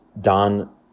Don